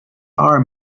are